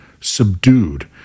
subdued